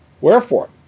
Wherefore